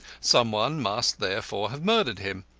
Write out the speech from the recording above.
some one must therefore have murdered him.